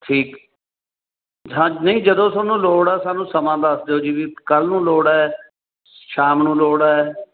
ਠੀਕ ਹਾਂ ਨਹੀਂ ਜਦੋਂ ਤੁਹਾਨੂੰ ਲੋੜ ਆ ਸਾਨੂੰ ਸਮਾਂ ਦੱਸ ਦਿਓ ਜੀ ਵੀ ਕੱਲ੍ਹ ਨੂੰ ਲੋੜ ਹੈ ਸ਼ਾਮ ਨੂੰ ਲੋੜ ਹੈ